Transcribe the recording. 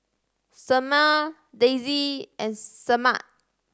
Selmer Daisey and Semaj